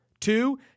Two